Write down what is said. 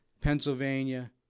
Pennsylvania